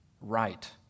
right